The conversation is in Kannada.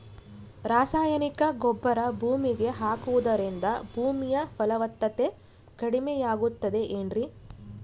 ರಾಸಾಯನಿಕ ಗೊಬ್ಬರ ಭೂಮಿಗೆ ಹಾಕುವುದರಿಂದ ಭೂಮಿಯ ಫಲವತ್ತತೆ ಕಡಿಮೆಯಾಗುತ್ತದೆ ಏನ್ರಿ?